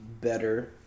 better